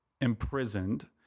imprisoned